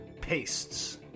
pastes